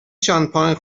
شانپاین